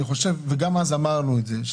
וגם אז אמרנו את זה,